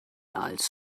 als